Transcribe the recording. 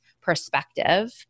perspective